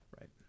Right